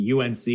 UNC